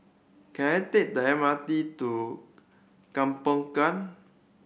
can I take the M R T to